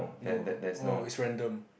no uh oh it's random